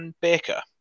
Baker